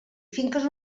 finques